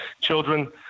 children